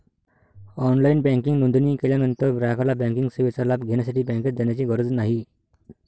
online banking नोंदणी केल्यानंतर ग्राहकाला बँकिंग सेवेचा लाभ घेण्यासाठी बँकेत जाण्याची गरज नाही